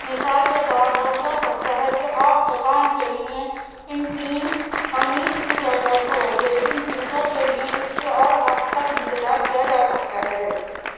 مثال کے طور پر ہو سکتا ہے کہ آپ کو کام کے لیے ان تین قمیص کی ضرورت ہو لیکن جوتوں کے لیے کسی اور وقت تک انتظار کیا جا سکتا ہے